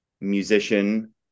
musician